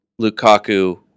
Lukaku